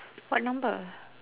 what number